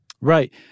Right